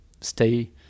stay